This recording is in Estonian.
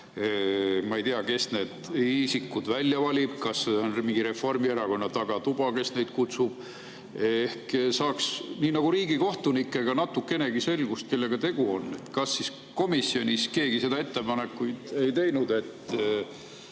Ma ei tea, kes need isikud välja valib, kas see on mingi Reformierakonna tagatuba, kes neid [nõukogusse] kutsub. Ehk saaks nii nagu riigikohtunikega natukenegi selgust, kellega tegu on? Kas komisjonis keegi seda ettepanekut ei teinud, et